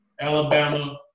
Alabama